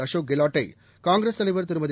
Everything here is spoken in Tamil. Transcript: அசோக் கெலாட்டை காங்கிரஸ் தலைவர் திருமதி